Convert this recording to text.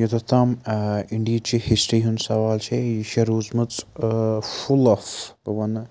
یوٚتَتھ تام ٲں اِنڈیا ہچہِ ہِسٹرٛی ہُنٛد سوال چھُ یہِ چھِ روٗزمٕژ ٲں فُل آف بہٕ وَنہٕ